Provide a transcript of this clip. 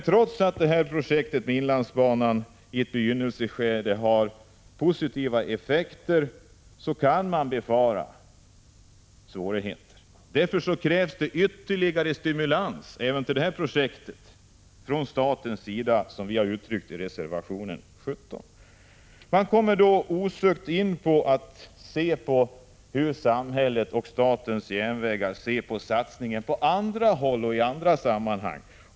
Trots att projektet med inlandsbanan i inledningsskedet har positiva effekter kan man befara svårigheter. Därför krävs det ytterligare stimulans även för detta projekt från statens sida, vilket vi uttryckt i reservation 17. Man kommer då osökt in på hur samhället och statens järnvägar ser på satsningen på andra håll och i andra sammanhang.